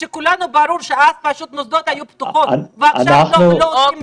כשלכולנו ברור שהמוסדות היו פתוחים ועכשיו גם לא עושים בדיקות?